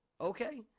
okay